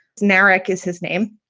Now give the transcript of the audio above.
generic is his name.